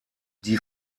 die